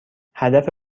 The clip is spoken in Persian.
هدف